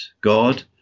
God